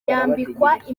yambikwaga